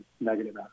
negative